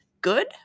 good